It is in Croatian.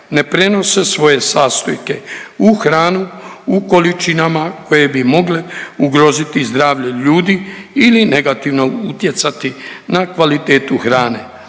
ne prenose svoje sastojke u hranu u količinama koje bi mogle ugroziti zdravlje ljudi ili negativno utjecati na kvalitetu hrane.